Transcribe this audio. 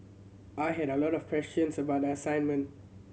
I had a lot of questions about the assignment